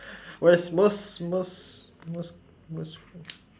where's most most most most